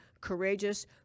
courageous